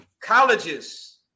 Colleges